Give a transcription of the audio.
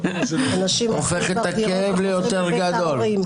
הופכת את הכאב ליותר גדול.